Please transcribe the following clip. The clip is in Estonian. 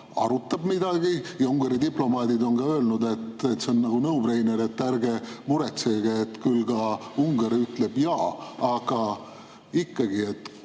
arutab midagi, ja Ungari diplomaadid on ka öelnud, et see on naguno‑brainer, et ärge muretsege, küll ka Ungari ütleb jaa. Aga ikkagi,